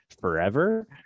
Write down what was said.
forever